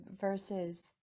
versus